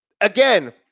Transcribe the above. again